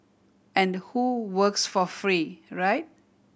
and who works for free right